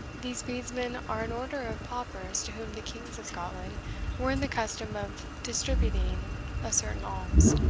these bedesmen are an order of paupers to whom the kings of scotland were in the custom of distributing a certain alms,